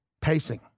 Pacing